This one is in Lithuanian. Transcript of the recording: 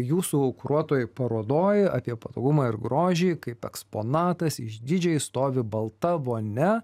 jūsų kuruotoj parodoj apie patogumą ir grožį kaip eksponatas išdidžiai stovi balta vonia